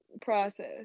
process